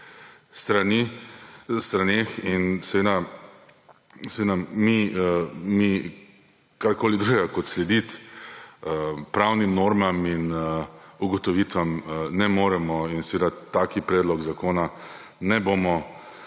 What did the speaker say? straneh. In seveda mi karkoli drugega, kot slediti pravnim normam in ugotovitvam, ne moremo. In tak predlog zakona ne bomo